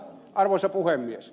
arvoisa puhemies